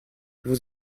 vos